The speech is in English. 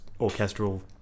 orchestral